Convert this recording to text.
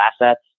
assets